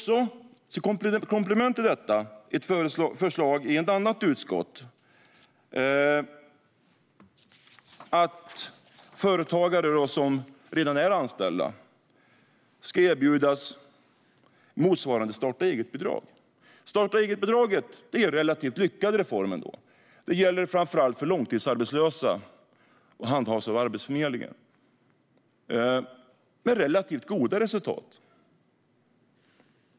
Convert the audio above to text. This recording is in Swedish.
Som komplement till detta har vi ett förslag i ett annat utskott, nämligen att yrkesverksamma som har anställning ska erbjudas ett motsvarande starta-eget-bidrag. Starta-eget-bidraget är ändå en relativt lyckad reform. Det gäller framför allt för långtidsarbetslösa och handhas av Arbetsförmedlingen med relativt goda resultat.